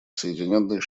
соединенные